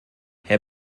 herr